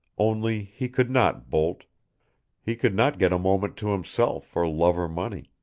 only he could not bolt he could not get a moment to himself for love or money.